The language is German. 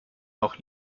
noch